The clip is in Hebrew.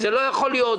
זה לא יכול להיות,